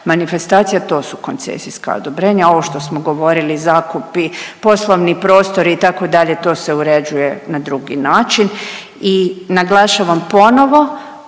manifestacija, to su koncesijska odobrenja. Ovo što smo govorili zakupi, poslovni prostori itd., to se uređuje na drugi način. I naglašavam ponovo,